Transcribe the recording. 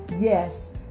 Yes